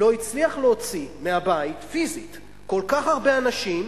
לא הצליח להוציא מהבית פיזית כל כך הרבה אנשים,